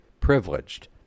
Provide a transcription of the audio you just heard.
privileged